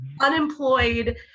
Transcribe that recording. unemployed